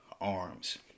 arms